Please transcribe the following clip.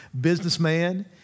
businessman